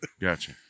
Gotcha